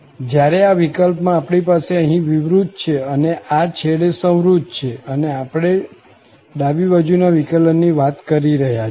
જયારે આ વિકલ્પમાં આપણી પાસે અહીં વિવૃત છે અને આ છેડે સંવૃત છે અને આપણે ડાબી બાજુ ના વિકલન ની વાત કરી રહ્યા છીએ